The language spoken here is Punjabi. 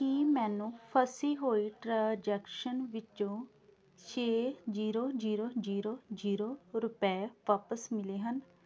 ਕੀ ਮੈਨੂੰ ਫਸੀ ਹੋਈ ਟਰਾਜੈਕਸ਼ਨ ਵਿਚੋਂ ਛੇ ਜੀਰੋ ਜੀਰੋ ਜੀਰੋ ਜੀਰੋ ਰੁਪਏ ਵਾਪਸ ਮਿਲੇ ਹਨ